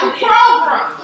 program